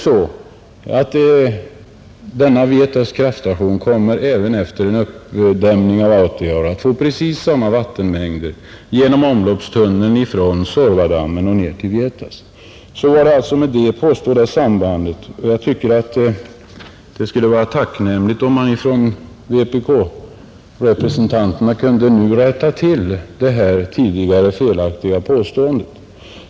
Men Vietas kraftstation kommer även efter en uppdämning av Autajaure att få precis samma vattenmängder genom omloppstunneln ifrån Suorvadammen ned till Vietas. Så var det alltså med det påstådda sambandet. Jag tycker att det vore tacknämligt om vpk-representanterna nu kunde rätta till detta tidigare felaktiga påståendet.